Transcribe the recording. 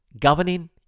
governing